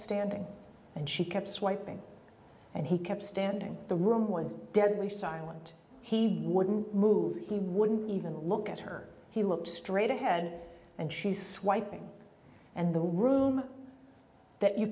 standing and she kept swiping and he kept standing the room was deadly silent he wouldn't move he wouldn't even look at her he looked straight ahead and she's swiping and the room that you